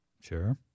Sure